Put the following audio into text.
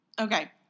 Okay